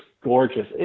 gorgeous